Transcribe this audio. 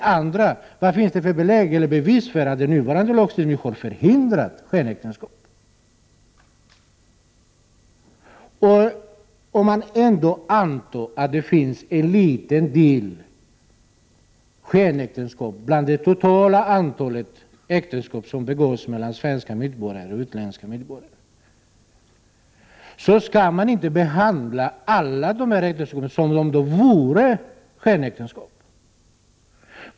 Vad finns det för bevis för att den nuvarande lagstiftningen har förhindrat skenäktenskap? Även om man antar att det finns en liten del skenäktenskap bland det totala antalet äktenskap som ingås mellan svenska medborgare och utländska medborgare, så skall man inte behandla alla äktenskap som om de vore skenäktenskap.